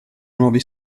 nuovi